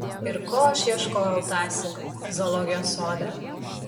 ir ko aš ieškojau tąsyk zoologijos sode